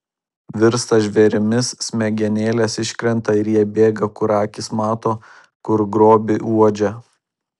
virsta žvėrimis smegenėlės iškrenta ir jie bėga kur akys mato kur grobį uodžia